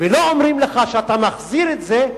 ולא אומרים לך שאתה מחזיר את זה.